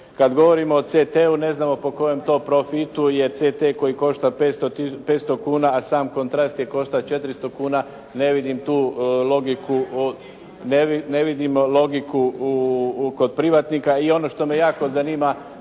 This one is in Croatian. Kad govorimo o CT-u ne znamo po kojem to profitu je CT koji košta 500 kn, a sam kontrast je koštao 400 kn ne vidim tu logiku, ne vidim logiku kod privatnika. I ono što me jako zanima